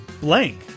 blank